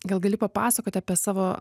gal gali papasakoti apie savo